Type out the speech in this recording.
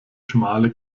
schmale